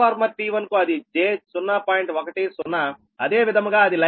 10 అదే విధముగా అది లైన్ కు j0